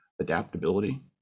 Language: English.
adaptability